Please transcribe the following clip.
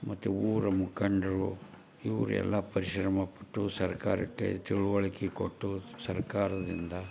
ಮತ್ತು ಊರ ಮುಖಂಡ್ರು ಇವರೆಲ್ಲ ಪರಿಶ್ರಮ ಪಟ್ಟು ಸರ್ಕಾರಕ್ಕೆ ತಿಳುವಳಕೆ ಕೊಟ್ಟು ಸರ್ಕಾರದಿಂದ